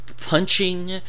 punching